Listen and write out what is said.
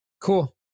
Cool